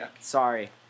Sorry